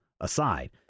aside